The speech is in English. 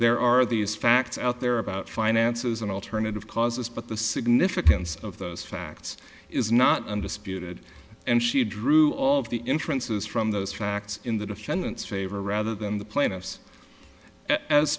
there are these facts out there about finances and alternative causes but the significance of those facts is not undisputed and she drew all of the inferences from those facts in the defendant's favor rather than the pla